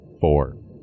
Four